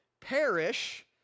perish